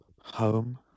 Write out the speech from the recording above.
Home